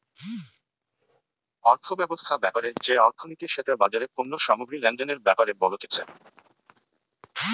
অর্থব্যবস্থা ব্যাপারে যে অর্থনীতি সেটা বাজারে পণ্য সামগ্রী লেনদেনের ব্যাপারে বলতিছে